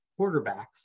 quarterbacks